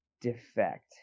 defect